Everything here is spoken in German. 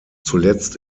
zuletzt